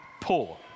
poor